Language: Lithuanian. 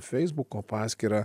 feisbuko paskyrą